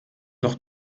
doch